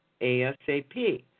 ASAP